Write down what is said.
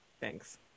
Thanks